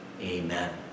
Amen